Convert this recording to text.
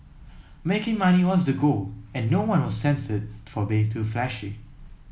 making money was the goal and no one was censured for being too flashy